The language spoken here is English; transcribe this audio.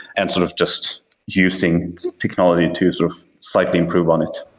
and sort of just using technology to sort of slightly improve on it